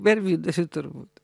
per vidurį turbūt